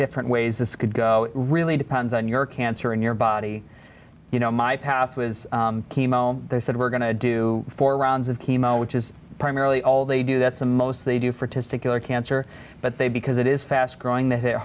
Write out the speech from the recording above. different ways this could go really depends on your cancer in your body you know my path was chemo they said we're going to do four rounds of chemo which is primarily all they do that's the most they do for testicular cancer but they because it is fast growing they hit